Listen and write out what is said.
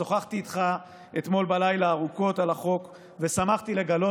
שוחחתי איתך אתמול בלילה ארוכות על החוק ושמחתי לגלות,